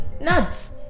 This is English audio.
nuts